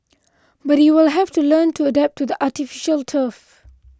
but he will have to learn to adapt to the artificial turf